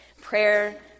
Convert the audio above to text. prayer